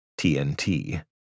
TNT